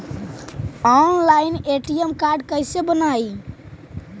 Online ATM card कैसे बनाई?